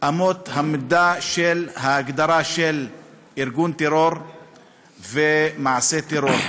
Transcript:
אמות המידה של ההגדרה של ארגון טרור ומעשה טרור.